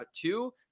two